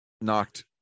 knocked